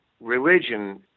religion